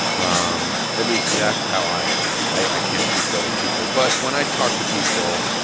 um at least that's how i am. i can't speak for other people. but when i talk to people,